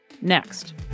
next